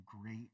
great